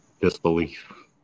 disbelief